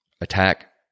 attack